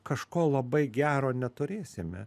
kažko labai gero neturėsime